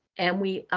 and we,